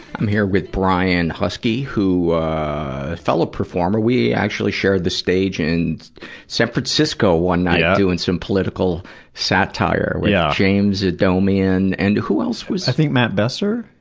i'm here with brian huskey, a fellow performer. we actually shared the stage in san francisco one night, doing some political satire with james adomian and who else was? i think matt besser?